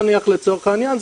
נניח לצורך העניין,